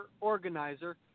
organizer